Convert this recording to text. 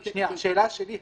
השאלה שלי היא,